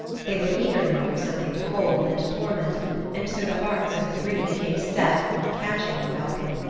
they were eager now for something to hold and torment and so the hearts of the three became set upon catching the falcon.